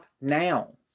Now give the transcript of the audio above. now